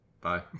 Bye